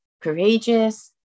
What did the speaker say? courageous